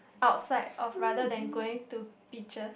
outside or rather than going to picture